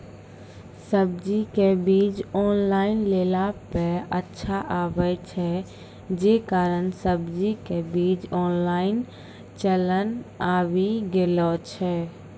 सब्जी के बीज ऑनलाइन लेला पे अच्छा आवे छै, जे कारण सब्जी के बीज ऑनलाइन चलन आवी गेलौ छै?